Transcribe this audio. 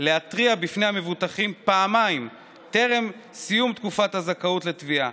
להתריע בפני המבוטחים פעמיים טרם סיום תקופת הזכאות לתביעה: